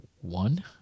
one